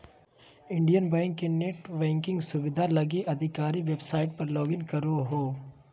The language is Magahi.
इंडियन बैंक के नेट बैंकिंग सुविधा लगी आधिकारिक वेबसाइट पर लॉगिन करहो